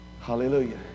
Hallelujah